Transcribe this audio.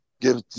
give